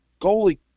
goalie